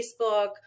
Facebook